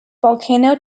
volcano